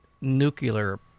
nuclear